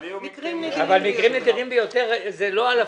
אבל יהיו מקרים נדירים -- אבל מקרים נדירים ביותר זה לא אלפים.